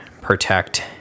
protect